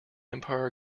empire